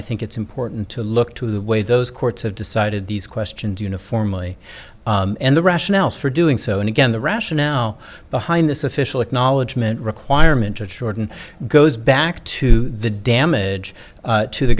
i think it's important to look to the way those courts have decided these questions uniformly and the rationales for doing so and again the rationale behind this official acknowledgement requirement to jordan goes back to the damage to the